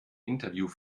interview